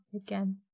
again